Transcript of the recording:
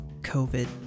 COVID